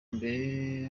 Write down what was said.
mbere